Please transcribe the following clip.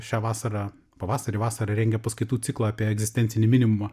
šią vasarą pavasarį vasarą rengia paskaitų ciklą apie egzistencinį minimumą